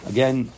Again